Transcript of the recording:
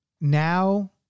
now